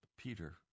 Peter